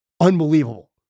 unbelievable